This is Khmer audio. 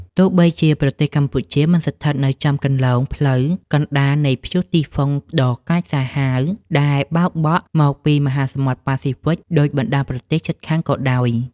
ទោះបីជាប្រទេសកម្ពុជាមិនស្ថិតនៅចំគន្លងផ្លូវកណ្ដាលនៃព្យុះទីហ្វុងដ៏កាចសាហាវ ដែលបោកបក់មកពីមហាសមុទ្រប៉ាស៊ីហ្វិកដូចបណ្ដាប្រទេសជិតខាងក៏ដោយ។